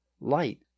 Light